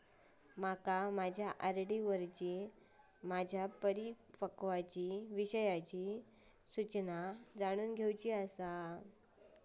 माका माझ्या आर.डी वरची माझी परिपक्वता विषयची सूचना जाणून घेवुची आसा